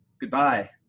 goodbye